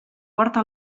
porta